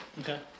Okay